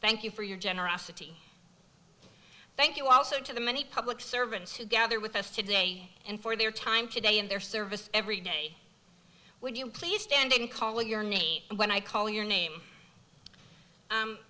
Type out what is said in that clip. thank you for your generosity thank you also to the many public servants who gather with us today and for their time today in their service every day would you please stand in calling your name when i call